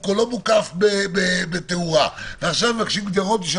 הוא כולו מוקף בתאורה ועכשיו מבקשים גדרות בשביל